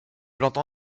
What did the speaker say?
plante